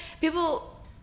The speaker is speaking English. people